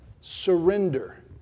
Surrender